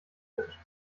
kritisch